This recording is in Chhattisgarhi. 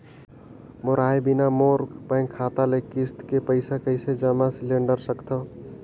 मोर आय बिना मोर बैंक खाता ले किस्त के पईसा कइसे जमा सिलेंडर सकथव?